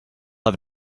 have